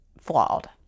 flawed